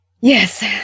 Yes